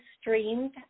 streamed